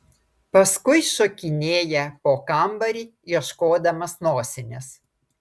paskui šokinėja po kambarį ieškodamas nosinės